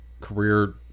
career